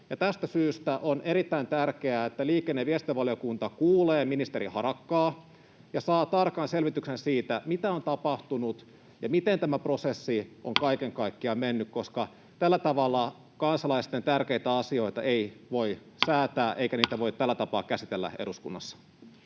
Tästä syystä on erittäin tärkeää, että liikenne- ja viestintävaliokunta kuulee ministeri Harakkaa ja saa tarkan selvityksen siitä, mitä on tapahtunut ja miten tämä prosessi on kaiken kaikkiaan mennyt, koska tällä tavalla kansalaisten tärkeitä asioita ei voi säätää eikä niitä voi tällä tapaa käsitellä eduskunnassa.